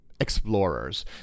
explorers